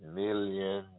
million